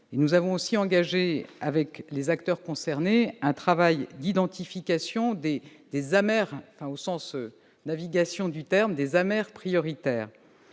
Nous avons engagé avec les acteurs concernés un travail d'identification des « amers » prioritaires.